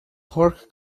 pork